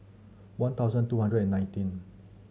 one thousand two hundred and nineteen